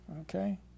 okay